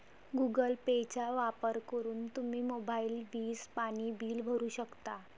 Google पेचा वापर करून तुम्ही मोबाईल, वीज, पाणी बिल भरू शकता